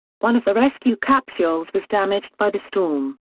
one of the rescue capsules was damaged by the storm.